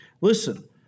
Listen